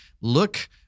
Look